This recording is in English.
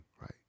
right